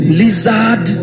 lizard